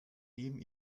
neben